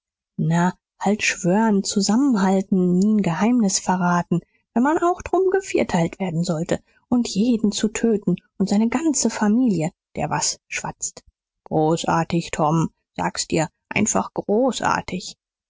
na halt schwören zusammenhalten nie n geheimnis zu verraten wenn man auch drum gevierteilt werden sollte und jeden zu töten und seine ganze familie der was schwatzt großartig tom sag dir's einfach großartig